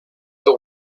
the